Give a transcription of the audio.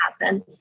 happen